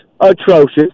atrocious